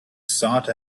sought